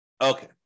Okay